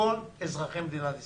כל אזרחי מדינת ישראל.